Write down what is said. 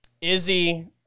Izzy